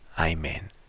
amen